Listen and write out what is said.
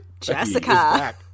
Jessica